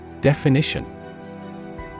Definition